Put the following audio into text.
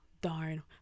darn